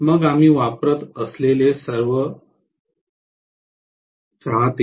मग आम्ही वापरत असलेले सर्व चाहते